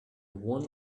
one